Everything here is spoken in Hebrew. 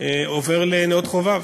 עובר לנאות-חובב.